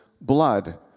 blood